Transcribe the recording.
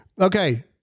Okay